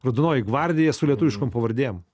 raudonoji gvardija su lietuviškom pavardėm